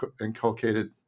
inculcated